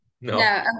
No